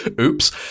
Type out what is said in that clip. Oops